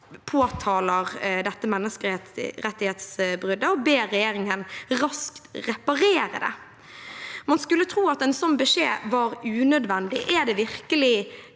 påtaler dette menneskerettighetsbruddet og ber regjeringen raskt reparere det. Man skulle tro at en sånn beskjed var unødvendig. Er regjeringen,